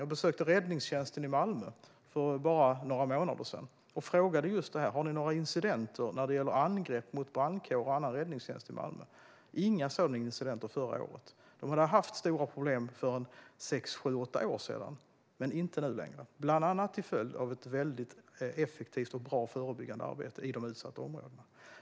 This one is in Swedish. Jag besökte räddningstjänsten i Malmö för bara några månader sedan och frågade just: Har ni några incidenter när det gäller angrepp mot brandkår och annan räddningstjänst i Malmö? Det var inga sådana incidenter förra året. De hade haft stora problem för sex, sju eller åtta år sedan men inte nu längre, bland annat till följd av ett väldigt effektivt och bra förebyggande arbete i de utsatta områdena.